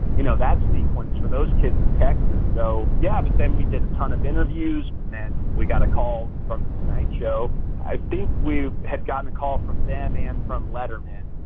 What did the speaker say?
you know, that sequence for those kids in texas. so, yeah but then we did a ton of interviews and then we got a call from the tonight show. i think we had gotten a call from them and from letterman.